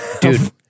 Dude